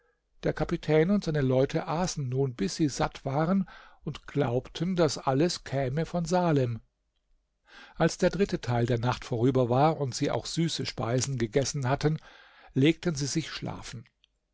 der kapitän und seine leute aßen nun bis sie satt waren und glaubten das alles käme von salem als der dritte teil der nacht vorüber war und sie auch süße speisen gegessen hatten legten sie sich schlafen